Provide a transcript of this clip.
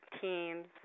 teams